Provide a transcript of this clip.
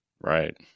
Right